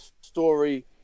story